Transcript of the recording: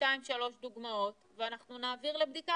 שתיים-שלוש דוגמאות ואנחנו נעביר לבדיקה